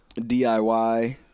DIY